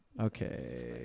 Okay